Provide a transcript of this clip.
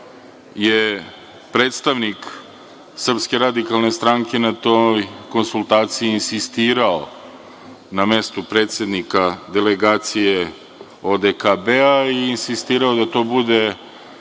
je predstavnik SRS na toj konsultaciji insistirao na mestu predsednika delegacije ODKB i insistirao da to bude